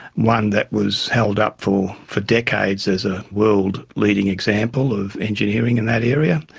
one that was held up for for decades as a world-leading example of engineering in that area.